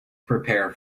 prepare